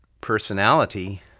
personality